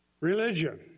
religion